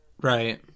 right